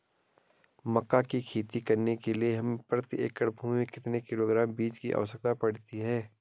मक्का की खेती करने के लिए हमें प्रति एकड़ भूमि में कितने किलोग्राम बीजों की आवश्यकता पड़ती है?